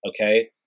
Okay